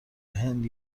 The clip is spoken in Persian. هند